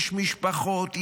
יש משפחות,